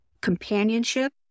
companionship